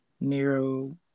Nero